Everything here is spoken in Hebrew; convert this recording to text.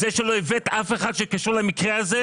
זה שלא הבאת אף אחד שקשור למקרה הזה,